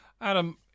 Adam